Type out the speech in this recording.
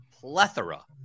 plethora